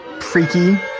freaky